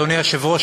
אדוני היושב-ראש,